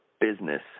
business